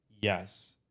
yes